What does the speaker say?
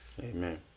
Amen